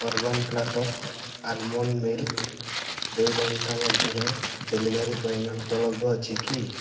urban platter almond milk ଦୁଇ ଘଣ୍ଟା ମଧ୍ୟରେ ଡ଼େଲିଭରି ପାଇଁ ଉପଲବ୍ଧ ଅଛି କି